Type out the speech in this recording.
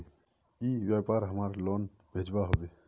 ई व्यापार हमार लोन भेजुआ हभे?